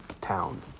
town